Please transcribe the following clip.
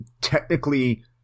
technically